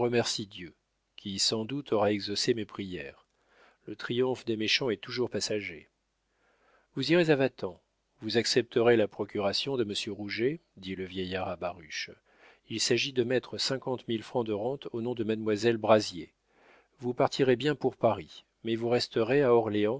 dieu qui sans doute aura exaucé mes prières le triomphe des méchants est toujours passager vous irez à vatan vous accepterez la procuration de monsieur rouget dit le vieillard à baruch il s'agit de mettre cinquante mille francs de rente au nom de mademoiselle brazier vous partirez bien pour paris mais vous resterez à